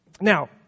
Now